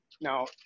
now